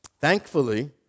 Thankfully